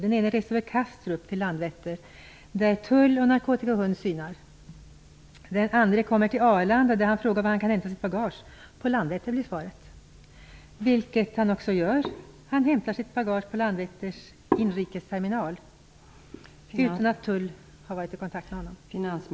Den ena reste från Kastrup till Landvetter, där tull och narkotikahund synade. Den andra kommer till Arlanda och frågar var han kan hämta sitt bagage. På Landvetter, blir svaret. Han hämtar alltså sitt bagage på Landvetters inrikesterminal utan att tull har varit i kontakt med honom.